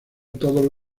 todos